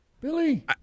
Billy